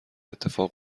اتفاق